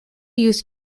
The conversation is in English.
used